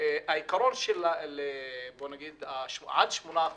והעיקרון של עד 8%,